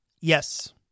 Yes